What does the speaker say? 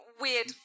weird